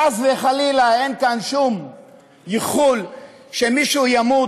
חס וחלילה אין כאן שום איחול שמישהו ימות.